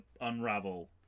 unravel